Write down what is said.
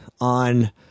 on